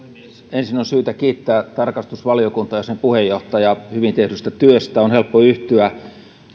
ensin on syytä kiittää tarkastusvaliokuntaa ja sen puheenjohtajaa hyvin tehdystä työstä on helppo yhtyä